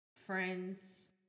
Friends